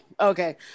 okay